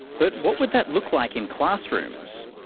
but what would that look like in classrooms?